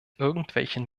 irgendwelchen